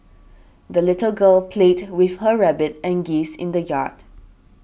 the little girl played with her rabbit and geese in the yard